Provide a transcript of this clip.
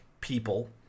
people